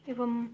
एवं